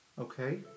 Okay